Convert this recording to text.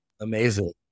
Amazing